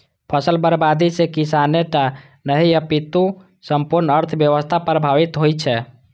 फसल बर्बादी सं किसाने टा नहि, अपितु संपूर्ण अर्थव्यवस्था प्रभावित होइ छै